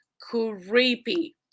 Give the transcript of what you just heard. creepy